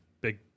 big